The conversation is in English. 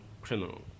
criminal